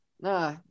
Nah